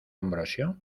ambrosio